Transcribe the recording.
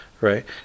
Right